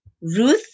Ruth